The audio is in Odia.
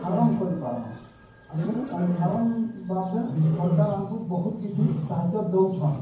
ଫାରମ୍ କରି ପରମା ଆଉ ଫାରମ୍ ବାବଦେ ସରକାର ଆମକୁ ବହୁତ୍ କିଛି ସାହାଯ୍ୟ ଦେଉଛନ୍